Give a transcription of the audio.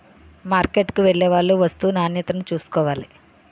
మార్కెట్కు వెళ్లేవాళ్లు వస్తూ నాణ్యతను చూసుకోవాలి